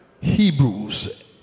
Hebrews